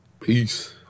Peace